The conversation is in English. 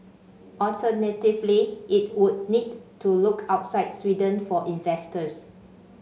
alternatively it would need to look outside Sweden for investors